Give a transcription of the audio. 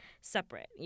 separate